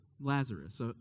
Lazarus